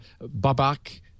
Babak